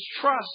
trust